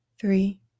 three